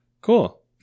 Cool